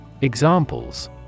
Examples